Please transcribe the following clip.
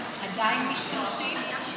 עדיין משתמשים.